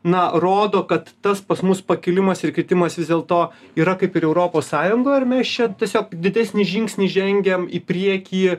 na rodo kad tas pas mus pakilimas ir kitimas vis dėlto yra kaip ir europos sąjungoj ar mes čia tiesiog didesnį žingsnį žengiam į priekį